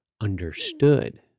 understood